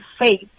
faith